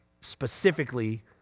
specifically